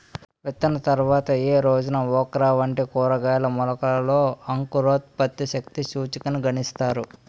విత్తిన తర్వాత ఏ రోజున ఓక్రా వంటి కూరగాయల మొలకలలో అంకురోత్పత్తి శక్తి సూచికను గణిస్తారు?